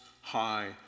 high